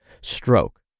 stroke